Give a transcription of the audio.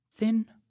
Thin